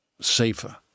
safer